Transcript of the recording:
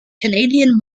canadian